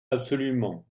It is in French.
absolument